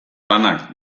lanak